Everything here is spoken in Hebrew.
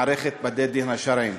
מערכת בתי-הדין השרעיים.